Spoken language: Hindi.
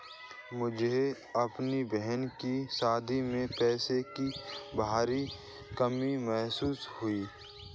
मुझे अपने बहन की शादी में पैसों की भारी कमी महसूस हुई